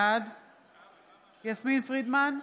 בעד יסמין פרידמן,